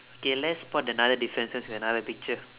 okay let's spot another differences with another picture